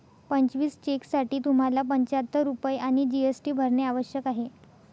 पंचवीस चेकसाठी तुम्हाला पंचाहत्तर रुपये आणि जी.एस.टी भरणे आवश्यक आहे